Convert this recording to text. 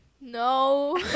No